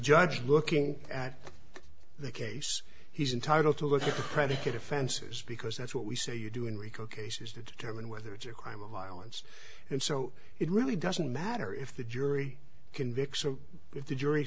judge looking at the case he's entitled to look at predicate offenses because that's what we say you do in rico cases to determine whether it's a crime of violence and so it really doesn't matter if the jury convicts or if the jury